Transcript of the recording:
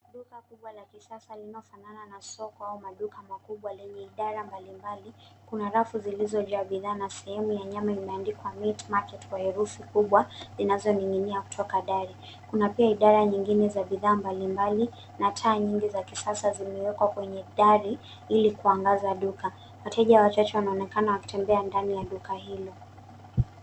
Duka kubwa la kisasa linafwanana na soko au maduka makubwa lenye idara mbalimbali. Kuna rafu zilizojaa bidhaa na sehemu ya nyama imeandikwa meat market kwa herufi kubwa inazoning'inia kutoka dari. Kuna pia idara nyingine za bidhaa mbalimbali na taa nyingi za kisasa zimewekwa kwenye dari ilikuangaza duka. Wateja wachache wanaonekana wakitembea ndani ya duka hilo.